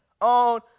on